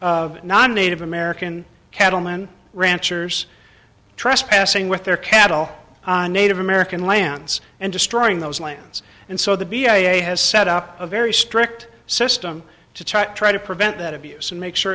of non native american cattlemen ranchers trespassing with their cattle on native american lands and destroying those lands and so the b a has set up a very strict system to try try to prevent that abuse and make sure